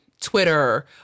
Twitter